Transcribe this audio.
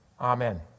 Amen